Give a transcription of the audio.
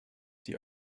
die